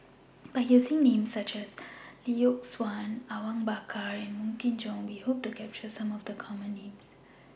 By using Names such as Lee Yock Suan Awang Bakar and Wong Kin Jong We Hope to capture Some of The Common Names